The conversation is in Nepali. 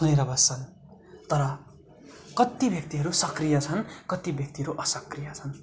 थुनेर बस्छन् तर कति व्यक्तिहरू सक्रिय छन् कति व्यक्तिहरू असक्रिय छन्